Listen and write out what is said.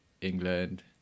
England